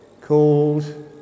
called